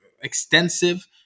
extensive